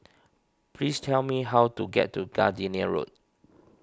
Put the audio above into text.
please tell me how to get to Gardenia Road